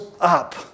up